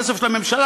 כסף של הממשלה,